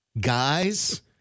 guys